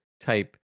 type